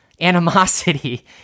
animosity